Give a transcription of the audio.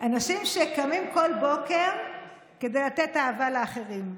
אלה אנשים שקמים בכל בוקר כדי לתת אהבה לאחרים,